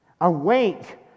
Awake